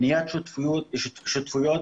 בניית שותפויות